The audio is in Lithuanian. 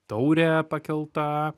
taurė pakelta